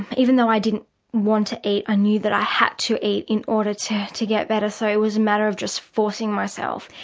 but even though i didn't want to eat i knew that i had to eat in order to to get better, so it was a matter of just forcing myself.